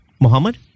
Muhammad